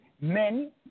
men